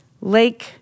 Lake